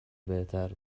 بهتر